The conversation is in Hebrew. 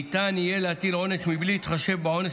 ניתן יהיה להטיל עונש בלי להתחשב בעונש